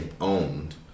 owned